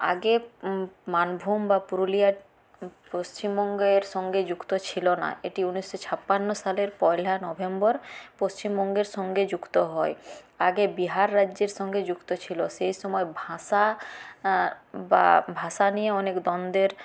আগে মানভূম বা পুরুলিয়ার পশ্চিমবঙ্গের সঙ্গে যুক্ত ছিল না এটি উনিশশো ছাপান্ন সালের পয়লা নভেম্বর পশ্চিমবঙ্গের সঙ্গে যুক্ত হয় আগে বিহার রাজ্যের সঙ্গে যুক্ত ছিল সেসময় ভাঁষা বা ভাষা নিয়ে অনেক দ্বন্দ্বের